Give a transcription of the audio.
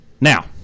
now